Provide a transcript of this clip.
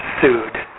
sued